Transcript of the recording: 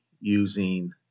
using